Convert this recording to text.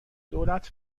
دولت